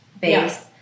base